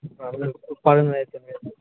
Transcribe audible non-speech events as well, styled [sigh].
[unintelligible]